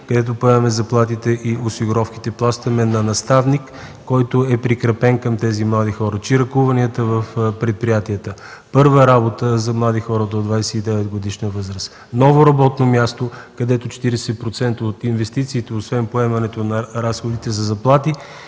Ние поемаме заплатите и осигуровките, плащаме на наставник, който е прикрепен към тези млади хора при чиракуването им в предприятията. Осигуряваме първа работа за млади хора до 29-годишна възраст, ново работно място, където 40% от инвестициите, освен поемането на разходите за заплати